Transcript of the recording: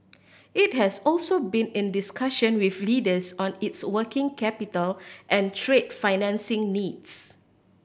it has also been in discussion with lenders on its working capital and trade financing needs